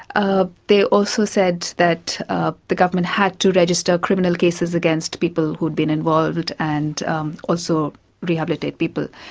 ah they also said that ah the government had to register criminal cases against people who'd been involved and also rehabilitate people.